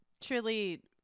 Truly